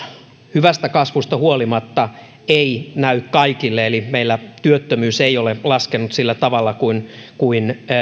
hyvästä kasvusta huolimatta ei näy kaikille eli meillä työttömyys ei ole laskenut sillä tavalla kuin kuin